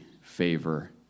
favor